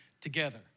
together